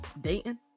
Dayton